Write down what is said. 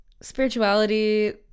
spirituality